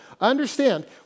Understand